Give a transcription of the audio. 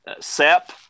SEP